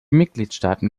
mitgliedstaaten